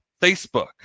Facebook